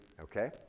okay